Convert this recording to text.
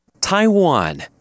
Taiwan